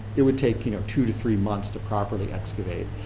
it would take you know two to three months to properly excavate.